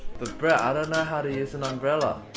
brett, i don't know how to use an umbrella!